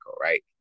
Right